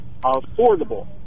affordable